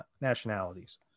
nationalities